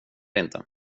inte